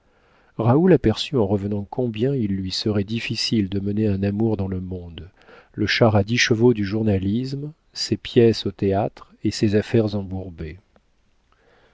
raoul aperçut en revenant combien il lui serait difficile de mener un amour dans le monde le char à dix chevaux du journalisme ses pièces au théâtre et ses affaires